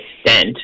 extent